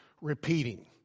repeating